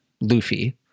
Luffy